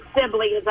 siblings